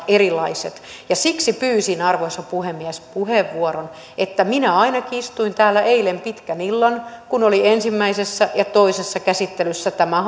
erilaiset siksi pyysin arvoisa puhemies puheenvuoron että minä ainakin istuin täällä eilen pitkän illan kun oli ensimmäisessä ja toisessa käsittelyssä tämän